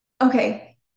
Okay